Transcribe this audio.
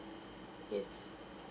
yes